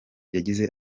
yagize